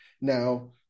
Now